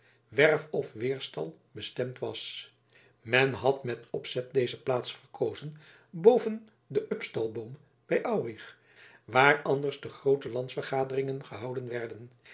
werf of weerstal bestemd was men had met opzet deze plaats verkozen boven den upstalboom nabij aurich waar anders de groote landsvergaderingen gehouden werden